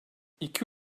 i̇ki